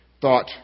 thought